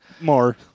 More